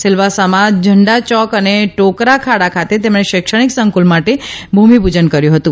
સિલવાસામાં ઝંડા ચોક અને ટોકર ખાડા ખાતે તેમણે શૈક્ષણિક સંકુલ માટે ભુમિપુજન કર્યુ હતું